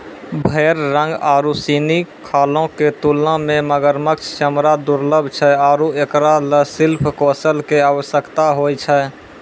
भेड़ रंग आरु सिनी खालो क तुलना म मगरमच्छ चमड़ा दुर्लभ छै आरु एकरा ल शिल्प कौशल कॅ आवश्यकता होय छै